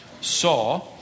saw